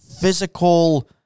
physical